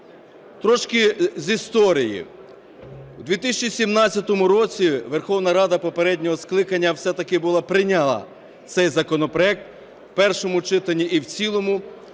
Трошки з історії. В 2017 році Верховна Рада попереднього скликання все-таки була прийняла цей законопроект в першому читанні і в цілому,